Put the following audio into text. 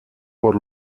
por